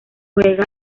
juega